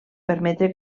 permetre